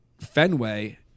Fenway